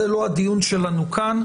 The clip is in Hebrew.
זה לא הדיון שלנו כאן,